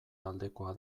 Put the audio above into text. aldekoa